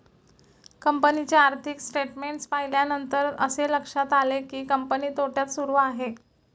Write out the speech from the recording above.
कंपनीचे आर्थिक स्टेटमेंट्स पाहिल्यानंतर असे लक्षात आले की, कंपनी तोट्यात सुरू आहे